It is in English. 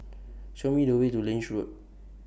Show Me The Way to Lange Road